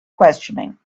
questioning